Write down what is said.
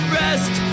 rest